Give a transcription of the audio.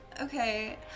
okay